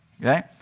Okay